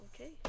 Okay